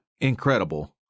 incredible